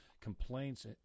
complaints